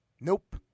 nope